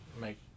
make